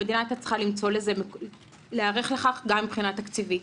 המדינה הייתה צריכה להיערך לכך גם מבחינה תקציבית.